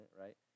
right